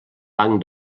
banc